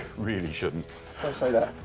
really shouldn't. don't say that.